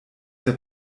der